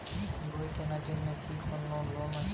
বই কেনার জন্য কি কোন লোন আছে?